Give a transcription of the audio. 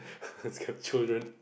this kind of children